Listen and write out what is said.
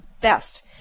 best